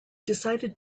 decided